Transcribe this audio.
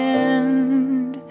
end